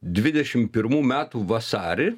dvidešimt pirmų metų vasarį